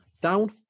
down